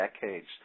decades